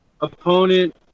Opponent